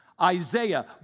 Isaiah